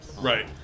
Right